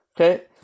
Okay